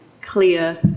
clear